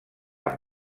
amb